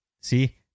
see